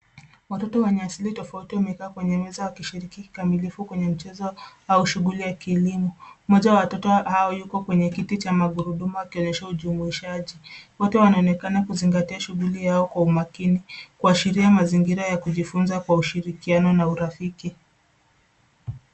Watoto wenye asili tofauti wamekaa kwenye meza wakishiriki kikamilifu kwenye mchezo au shughuli ya kielimu. Mmoja wa watoto hao yuko kwenye kiti cha magurudumu akionyesha ujumuishaji. Wote wanaonekana kuzingatia shughuli yao kwa umakini. Kuashiria mazingira ya kujifunza kwa ushirikiano na urafiki.